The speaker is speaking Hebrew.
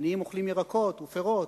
העניים אוכלים ירקות ופירות,